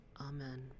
amen